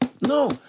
No